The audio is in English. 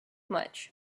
much